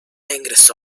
ingresó